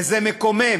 וזה מקומם,